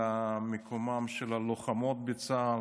את מקומן של הלוחמות בצה"ל.